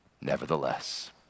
Nevertheless